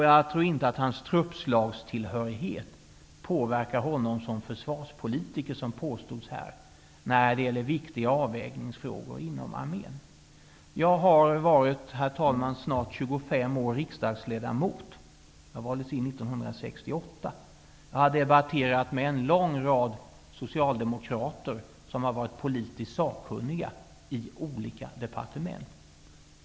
Jag tror inte att hans truppslagstillhörighet påverkar honom som försvarspolitiker, som påstods här, när det gäller viktiga avvägningsfrågor inom armén. Herr talman! Jag har i snart 25 år varit riksdagsledamot. Jag valdes in 1968. Jag har debatterat med en lång rad av socialdemokrater som har varit politiskt sakkunniga i olika departement.